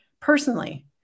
personally